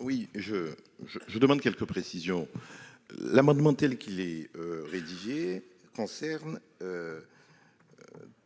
vote. Je demande quelques précisions. L'amendement tel qu'il est rédigé concerne